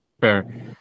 fair